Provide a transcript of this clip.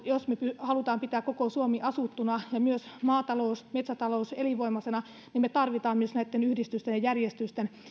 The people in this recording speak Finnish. jos halutaan pitää koko suomi asuttuna ja myös maatalous metsätalous elinvoimaisena niin tarvitaan myös näitten yhdistysten ja